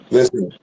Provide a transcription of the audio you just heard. Listen